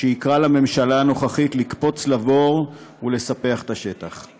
שיקרא לממשלה הנוכחית לקפוץ לבור ולספח את השטח.